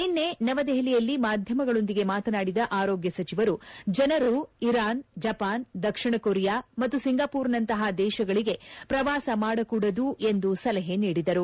ನಿನ್ನೆ ನವದೆಹಲಿಯಲ್ಲಿ ಮಾಧ್ಯಮಗಳೊಂದಿಗೆ ಮಾತನಾಡಿದ ಆರೋಗ್ಯ ಸಚಿವರು ಜನರು ಇರಾನ್ ಜಪಾನ್ ದಕ್ಷಿಣ ಕೊರಿಯಾ ಮತ್ತು ಸಿಂಗಾಪುರ್ನಂತಹ ದೇಶಗಳಿಗೆ ಪ್ರವಾಸ ಮಾಡಕೂಡದು ಎಂದು ಸಲಹೆ ನೀಡಿದರು